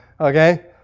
Okay